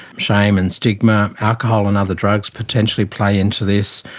shame and stigma, alcohol and other drugs potentially play into this,